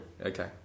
Okay